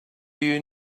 you